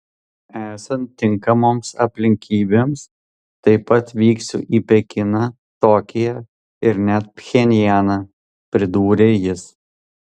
esant tinkamoms aplinkybėms taip pat vyksiu į pekiną tokiją ir net pchenjaną pridūrė jis